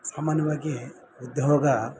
ಸಾಮಾನ್ಯವಾಗಿ ಉದ್ಯೋಗ